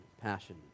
Passion